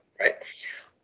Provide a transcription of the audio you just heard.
right